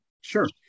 Sure